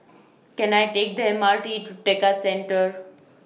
Can I Take The M R T to Tekka Centre